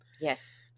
yes